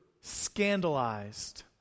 scandalized